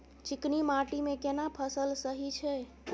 चिकनी माटी मे केना फसल सही छै?